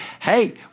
Hey